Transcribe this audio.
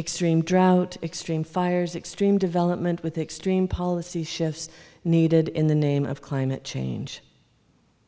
extreme drought extreme fires extreme development with extreme policy shifts needed in the name of climate change